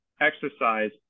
exercise